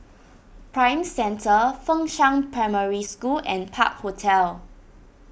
Prime Centre Fengshan Primary School and Park Hotel